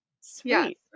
Sweet